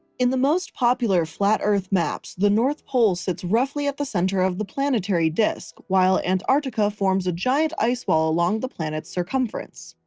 in the most popular flat earth maps, the north pole sits roughly at the center of the planetary disc, while and antarctica forms a giant ice wall along the planet's circumference.